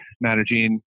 managing